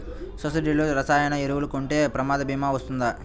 సొసైటీలో రసాయన ఎరువులు కొంటే ప్రమాద భీమా వస్తుందా?